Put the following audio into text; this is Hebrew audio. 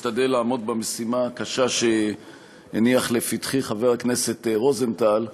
אני אשתדל לעמוד במשימה הקשה שהניח לפתחי חבר הכנסת רוזנטל,